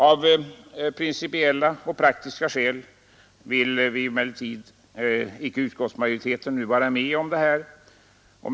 Av principiella och praktiska skäl vill emellertid icke utskottsmajoriteten nu vara med om detta.